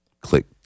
click